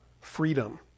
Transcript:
freedom